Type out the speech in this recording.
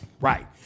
Right